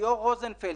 ליאור רוזנפלד,